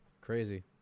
crazy